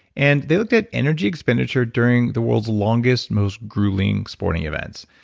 and they looked at energy expenditure during the world's longest, most grueling sporting events,